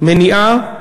מניעה,